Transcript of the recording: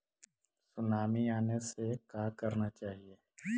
Tsunami आने से का करना चाहिए?